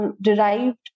derived